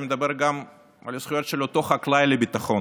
אני מדבר גם על הזכויות של אותו חקלאי לביטחון.